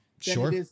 Sure